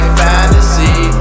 fantasy